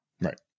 right